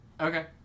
Okay